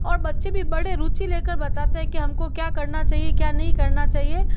और बच्चे भी बड़े रुचि लेकर बताते हैं कि हमको क्या करना चाहिए क्या नहीं करना चाहिए